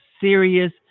serious